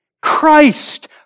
Christ